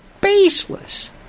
baseless